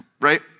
right